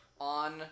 on